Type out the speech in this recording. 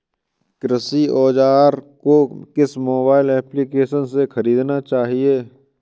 कृषि औज़ार को किस मोबाइल एप्पलीकेशन से ख़रीदना चाहिए?